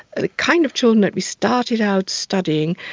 the kind of children that we started out studying,